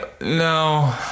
No